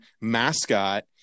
mascot